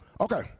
Okay